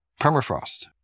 permafrost